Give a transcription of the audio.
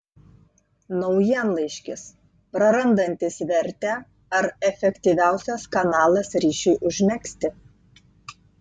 naujienlaiškis prarandantis vertę ar efektyviausias kanalas ryšiui užmegzti